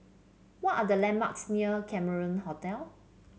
what are the landmarks near Cameron Hotel